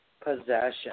possession